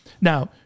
Now